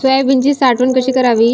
सोयाबीनची साठवण कशी करावी?